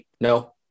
no